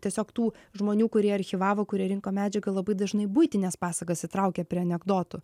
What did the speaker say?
tiesiog tų žmonių kurie archyvavo kurie rinko medžiagą labai dažnai buitines pasakas įtraukia prie anekdotų